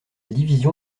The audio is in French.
division